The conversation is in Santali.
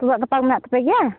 ᱛᱩᱢᱫᱟᱜ ᱴᱟᱢᱟᱠ ᱢᱮᱱᱟᱜ ᱛᱟᱯᱮ ᱜᱮᱭᱟ